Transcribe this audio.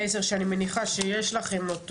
שלייזר שאני מניחה שיש לכם אותו,